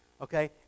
okay